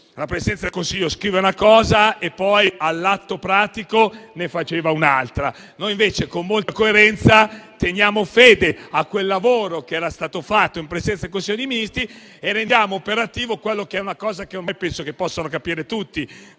La Presidenza del Consiglio scriveva una cosa e poi, all'atto pratico, ne faceva un'altra. Noi invece, con molta coerenza, teniamo fede a quel lavoro che era stato fatto dalla Presidenza del Consiglio dei ministri e rendiamo operativo quello che ormai penso possano capire tutti: